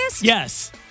Yes